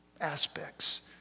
aspects